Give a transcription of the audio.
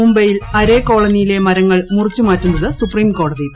മുംബൈയിൽ അരെ കോളനിയിലെ മരങ്ങൾ മുറിച്ചുമാറ്റുന്നത് സുപ്രീംകോടതി തടഞ്ഞു